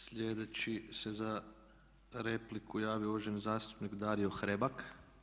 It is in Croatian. Sljedeći se za repliku javio uvaženi zastupnik Dario Hrebak.